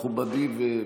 מכובדי,